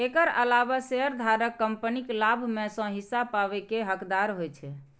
एकर अलावे शेयरधारक कंपनीक लाभ मे सं हिस्सा पाबै के हकदार होइ छै